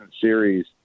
series